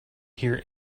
hear